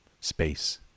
space